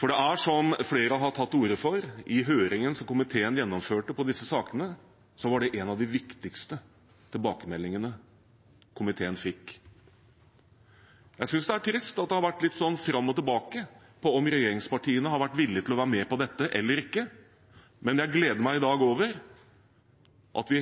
for det er slik, som flere har tatt til orde for, slik at i høringen som komiteen gjennomførte i forbindelse med disse sakene, var det en av de viktigste tilbakemeldingene vi fikk. Jeg synes det er trist at det har vært litt fram og tilbake med hensyn til om regjeringspartiene har vært villige til å være med på dette eller ikke, men jeg gleder meg i dag over at vi